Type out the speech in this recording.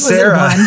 Sarah